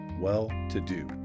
well-to-do